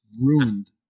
ruined